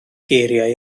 geiriau